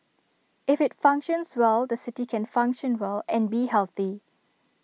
if IT functions well the city can function well and be healthy